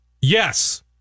yes